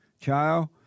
child